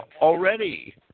already